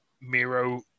Miro